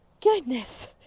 goodness